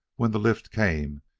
when the lift came,